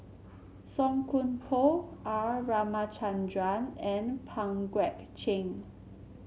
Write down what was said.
Song Koon Poh R Ramachandran and Pang Guek Cheng